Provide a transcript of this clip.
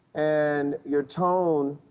and your tone,